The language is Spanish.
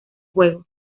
juego